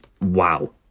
Wow